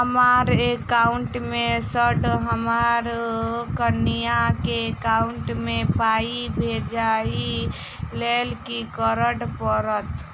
हमरा एकाउंट मे सऽ हम्मर कनिया केँ एकाउंट मै पाई भेजइ लेल की करऽ पड़त?